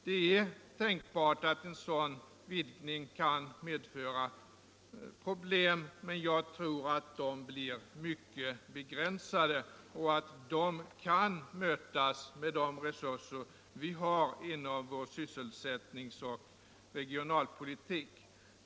Det är tänkbart att en sådan vidgning kan medföra problem, men jag tror att de blir mycket begränsade och att de kan mötas med de resurser vi har inom vår sysselsättningsoch regionalpolitik.